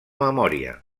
memòria